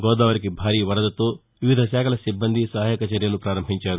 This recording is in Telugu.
గోదావరికి భారీ వరదతో వివిధ శాఖల సిబ్బంది సహాయక చర్యలు ప్రారంభించారు